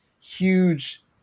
huge